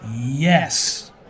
Yes